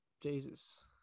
Jesus